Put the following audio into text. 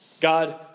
God